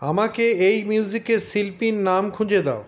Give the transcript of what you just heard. আমাকে এই মিউজিকের শিল্পীর নাম খুঁজে দাও